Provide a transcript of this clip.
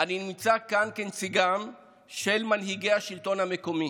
שאני נמצא כאן כנציגם של מנהיגי השלטון המקומי.